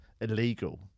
illegal